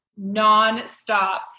nonstop